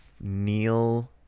Neil